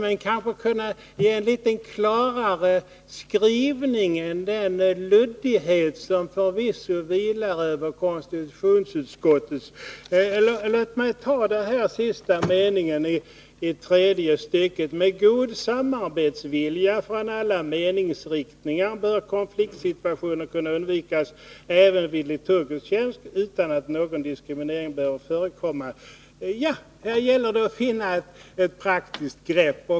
Men kanske kunde man avge en litet klarare skrivning — jag tänker på den luddighet som förvisso vilar över konstitutionsutskottets skrivning. Låt mig citera den sista meningen i tredje stycket s. 3 i betänkandet: ”Med god samarbetsvilja från alla meningsriktningar bör konfliktsituationer kunna undvikas även vid liturgisk tjänst utan att någon diskriminering behöver förekomma.” Här gäller det att finna ett praktiskt grepp.